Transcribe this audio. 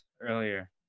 earlier